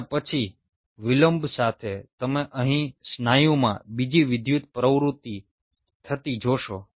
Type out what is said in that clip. અને પછી વિલંબ સાથે તમે અહીં સ્નાયુમાં બીજી વિદ્યુત પ્રવૃત્તિ થતી જોશો